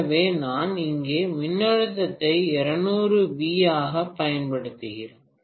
ஆகவே நான் இங்கே மின்னழுத்தத்தை 200 V ஆகப் பயன்படுத்துகிறேன்